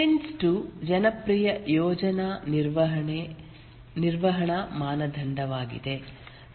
prince 2 ಜನಪ್ರಿಯ ಯೋಜನಾ ನಿರ್ವಹಣಾ ಮಾನದಂಡವಾಗಿದೆ